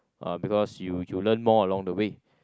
uh because you you learn more along the way